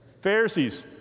Pharisees